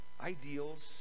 ideals